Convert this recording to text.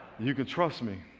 you can trust me.